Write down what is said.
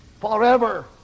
Forever